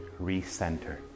recenter